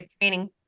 training